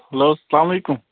hello سلامُ علیکُم